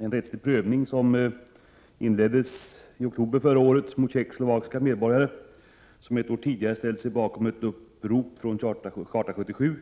En rättslig prövning som inleddes i oktober förra året mot tjeckoslovakiska medborgare, som ett år tidigare hade ställt sig bakom ett upprop från Charta 77